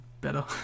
better